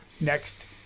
next